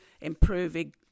improving